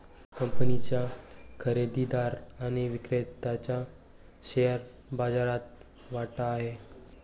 कंपनीच्या खरेदीदार आणि विक्रेत्याचा शेअर बाजारात वाटा आहे